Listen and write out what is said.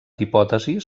hipòtesis